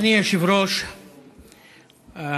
אדוני היושב-ראש (אומר